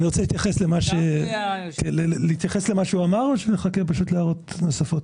להתייחס למה שהוא אמר או שנחכה פשוט להערות נוספות?